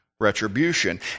Retribution